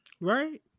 Right